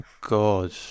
god